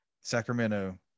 Sacramento